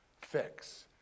fix